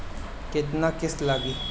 केतना किस्त लागी?